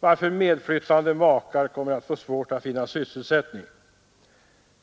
varför medflyttande makar kommer att få svårt att finna sysselsättning.